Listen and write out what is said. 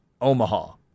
Omaha